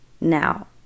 Now